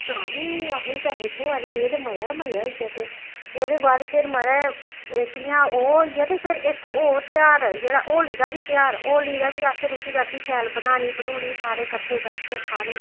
तां बी असेंगी पैसे थ्होआ दे ऐ ते मजा गै मजा होई गेआ ते ओह्दे बाद फिर महाराज एह्कड़ियां ओह् होई गेआ ते फिर इक होर तेहार जेह्ड़ा होली दा बी तेहार होली दा बी असें रुट्टी राट्टी शैल बनानी बनूनी सारें किट्ठे बैट्ठियै खानी